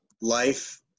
life